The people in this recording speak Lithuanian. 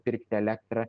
pirkti elektrą